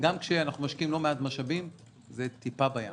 גם כשאנחנו משקיעים לא מעט משאבים, זה טיפה בים.